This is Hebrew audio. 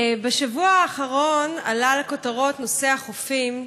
בשבוע האחרון עלה לכותרות נושא החופים,